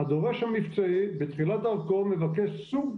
- הדורש המבצעי בתחילת דרכו מבקש סוג